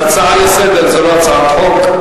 זאת הצעה לסדר-היום, זאת לא הצעת חוק.